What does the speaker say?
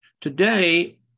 Today